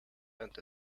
and